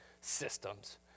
Systems